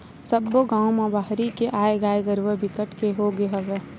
सब्बो गाँव म बाहिर के आए गाय गरूवा बिकट के होगे हवय